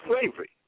slavery